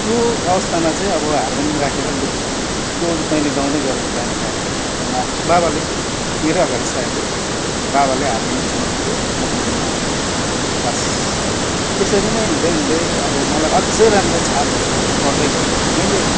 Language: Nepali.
त्यो अवस्थामा चाहिँ अब हारमोनियम राखेर लु त्यो अघि तैँले गाउँदै गरेको गाना गा त बा बाबाले मेरै अघाडि छ अहिले बाबाले हारमोनी छुनु हुन्थ्यो म गुन्गुनाउथेँ बास यसरी नै हुँदै हुँदै अब मलाई अझै राम्रो छापहरू बस्दै पर्दै गयो मैले